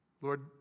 Lord